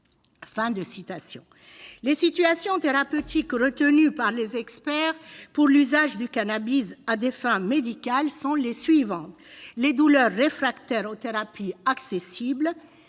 Les situations thérapeutiques retenues par les experts pour l'usage du cannabis à des fins médicales sont les suivantes : les douleurs réfractaires aux thérapies accessibles,